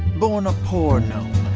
born a poor gnome,